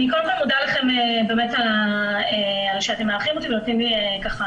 אני קודם כל מודה לכם באמת שאתם מארחים אותי ונותנים לי לדבר.